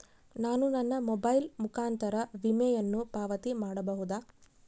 ನಾನು ನನ್ನ ಮೊಬೈಲ್ ಮುಖಾಂತರ ವಿಮೆಯನ್ನು ಪಾವತಿ ಮಾಡಬಹುದಾ?